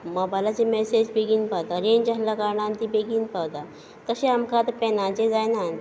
मोबायलाचेर मैसेज बेगीन पावता रेंज आसल्या कारणान ती बेगीन पावता तशें आमकां आतां पेनाचेर जायना